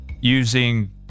using